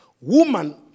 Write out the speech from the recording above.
woman